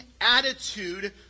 attitude